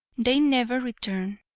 they never returned.